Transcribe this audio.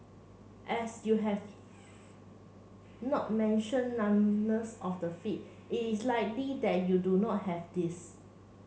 as you have not mention of the feet is likely that you do not have this